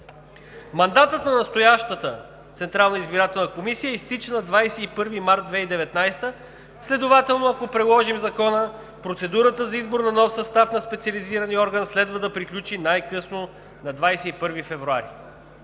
избирателна комисия изтича на 21 март 2019 г., следователно, ако приложим Закона, процедурата за избор на нов състав на специализирания орган, следва да приключи най-късно на 21 февруари